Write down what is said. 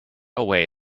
away